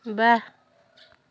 ৱাহ